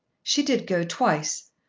she did go twice,